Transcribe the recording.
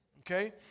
Okay